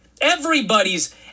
Everybody's